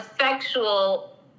sexual